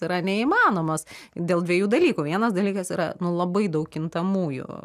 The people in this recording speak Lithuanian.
yra neįmanomas dėl dviejų dalykų vienas dalykas yra nu labai daug kintamųjų